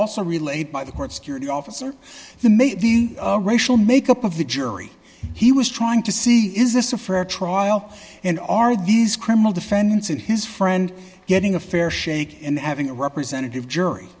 also relayed by the court security officer the made the racial makeup of the jury he was trying to see is this a fair trial and are these criminal defendants and his friend getting a fair shake and having a representative jury